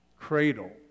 cradle